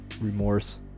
remorse